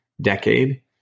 decade